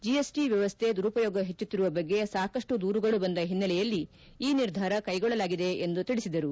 GST ವ್ಯವಸ್ಥೆ ದುರುಪಯೋಗ ಪೆಚ್ಚುತ್ತಿರುವ ಬಗ್ಗೆ ಸಾಕಷ್ಟು ದೂರುಗಳು ಬಂದ ಓನ್ನೆಲೆಯಲ್ಲಿ ಈ ನಿರ್ಧಾರ ಕೈಗೊಳ್ಳಲಾಗಿದೆ ಎಂದು ಹೇಳಿದರು